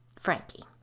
Frankie